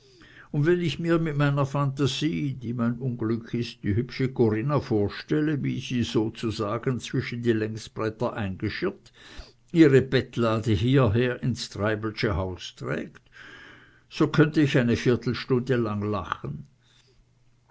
und wenn ich mir mit meiner phantasie die mein unglück ist die hübsche corinna vorstelle wie sie sozusagen zwischen die längsbretter eingeschirrt ihre bettlade hierher ins treibelsche haus trägt so könnte ich eine viertelstunde lang lachen